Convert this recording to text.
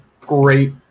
great